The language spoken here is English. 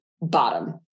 bottom